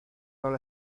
rol